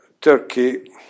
Turkey